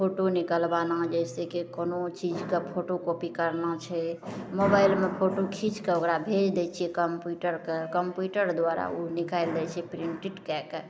photo निकलबाना जैसे कि कोनो चीजके फोटो कॉपी करना छै मोबाइलमे फोटो खीच कऽ ओकरा भेज दै छियै कम्प्यूटरके कम्प्यूटर द्वारा ओ निकालि दै छै प्रिंटेड कए कऽ